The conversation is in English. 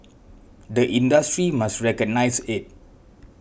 the industry must recognise it